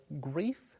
grief